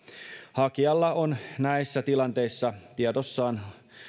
hakijalla on näissä tilanteissa tiedossaan